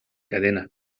cadena